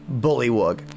Bullywug